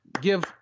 give